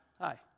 hi